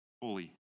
fully